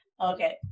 Okay